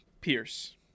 Pierce